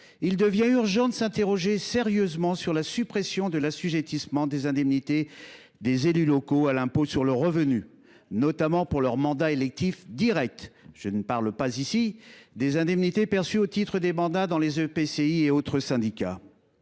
il devient urgent de s’interroger sérieusement sur la suppression de l’assujettissement des indemnités des élus locaux à l’impôt sur le revenu, notamment pour leur mandat électif direct – je ne parle pas ici des indemnités perçues au titre des mandats dans les EPCI et autres syndicats.